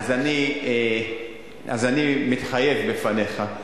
אז אני מתחייב בפניך,